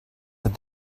that